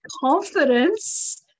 confidence